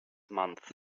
month